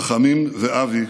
רחמים ואבי,